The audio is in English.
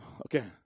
Okay